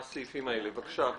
בבקשה,